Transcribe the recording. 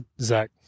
Zach